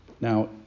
Now